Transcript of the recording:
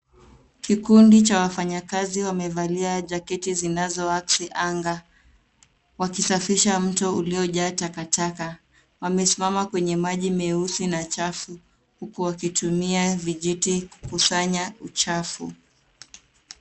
Kikundi cha wafanyikazi wamevalia jaketi zinazoakisi anga wakisafisha mto uliojaa takataka. Wamesimama kwenye maji meusi na chafu huku wakitumia vijiti kukusanya uchafu.